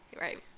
Right